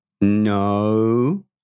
No